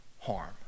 harm